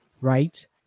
right